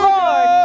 Lord